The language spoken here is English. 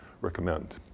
recommend